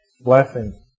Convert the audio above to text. Blessing